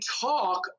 talk